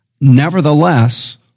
nevertheless